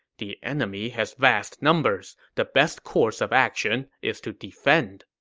the enemy has vast numbers. the best course of action is to defend.